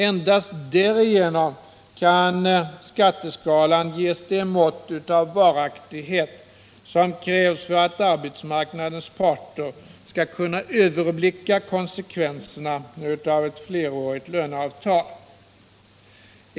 Endast därigenom kan skatteskalan ges det mått av varaktighet som krävs för att arbetsmarknadens parter skall kunna överblicka konsekvenserna av ett flerårigt löneavtal.